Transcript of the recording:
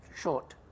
short